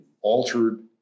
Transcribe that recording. altered